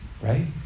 Right